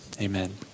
amen